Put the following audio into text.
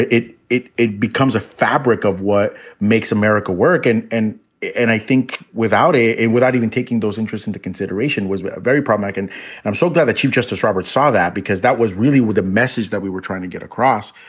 it it it it becomes a fabric of what makes america work. and and and i think without a a without even taking those interests into consideration was very problematic. and i'm so glad that chief justice roberts saw that, because that was really with a message that we were trying to get across.